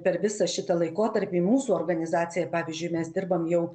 per visą šitą laikotarpį mūsų organizacija pavyzdžiui mes dirbam jau